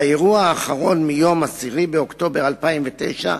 באירוע האחרון, ביום 10 באוקטובר 2009,